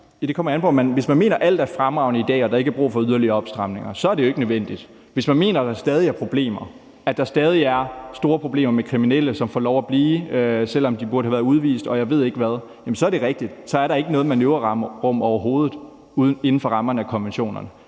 om man mener, at alt er fremragende i dag og der ikke er brug for yderligere opstramninger, for så er det jo ikke nødvendigt. Hvis man mener, at der stadig er store problemer med kriminelle, som får lov at blive, selv om de burde have været udvist, og jeg ved ikke hvad, så er det rigtigt, at så er der overhovedet ikke noget manøvrerum inden for rammerne af konventionerne.